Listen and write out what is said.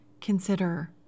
consider